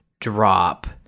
drop